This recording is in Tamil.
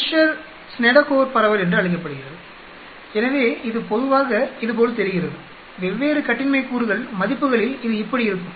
இது ஃபிஷர் ஸ்னெடெகோர் பரவல் என்று அழைக்கப்படுகிறது எனவே இது பொதுவாக இதுபோல் தெரிகிறது வெவ்வேறு கட்டின்மை கூறுகள் மதிப்புகளில் இது இப்படி இருக்கும்